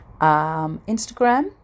Instagram